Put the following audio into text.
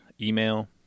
email